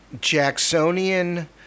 Jacksonian